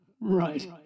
Right